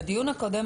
בדיון הקודם,